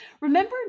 Remember